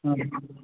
हा